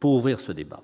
pour ouvrir ce débat.